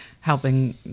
helping